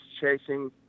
chasing